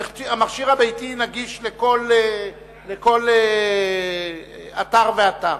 המכשיר הביתי נגיש לכל אתר ואתר